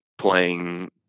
playing